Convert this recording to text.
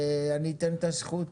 אתן את הזכות